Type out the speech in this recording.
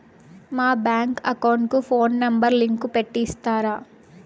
మా bank account కు phone number link పెట్టి ఇస్తారా?